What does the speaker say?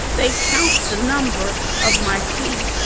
they count the number of my teeth.